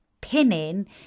pinning